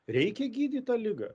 reikia gydyt tą ligą